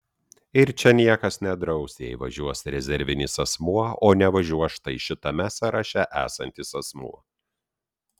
ir čia niekas nedraus jei važiuos rezervinis asmuo o nevažiuos štai šitame sąraše esantis asmuo